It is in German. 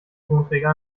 tonträger